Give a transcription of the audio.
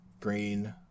green